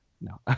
no